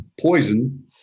poison